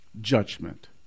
judgment